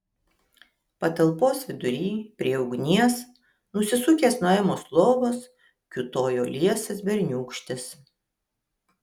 patalpos vidury prie ugnies nusisukęs nuo emos lovos kiūtojo liesas berniūkštis